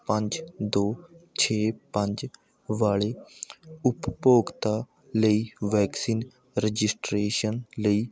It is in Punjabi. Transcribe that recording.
ਪੰਜ ਦੋ ਛੇ ਪੰਜ ਵਾਲੇ ਉਪਭੋਗਤਾ ਲਈ ਵੈਕਸੀਨ ਰਜਿਸਟ੍ਰੇਸ਼ਨ ਲਈ